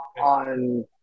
on